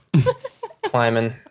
climbing